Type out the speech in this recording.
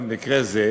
במקרה זה,